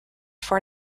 four